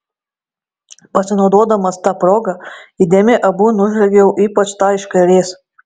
pasinaudodamas ta proga įdėmiai abu nužvelgiau ypač tą iš kairės